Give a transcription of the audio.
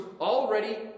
already